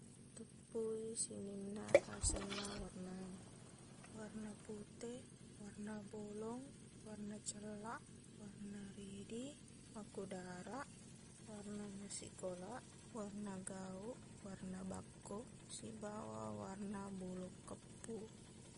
Teppuwi sininna asenna warna e warna pute warna bolong warna cellaq warna ridi makudaraq warna masikolaq warna gauq warna bakko sibawa warna bolong keppuq